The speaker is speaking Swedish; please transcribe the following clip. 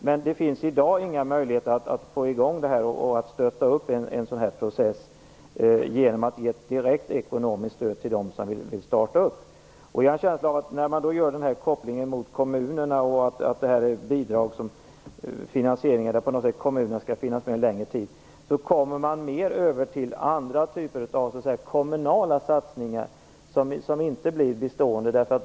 Men det finns i dag inga möjligheter att få i gång det och att stötta en sådan process genom ett direkt ekonomiskt stöd till dem som vill starta en sådan verksamhet. När man gör kopplingen till kommunerna och säger att kommunen skall finnas med i finansieringen en längre tid kommer man mer över till andra typer av kommunala satsningar, som inte blir bestående.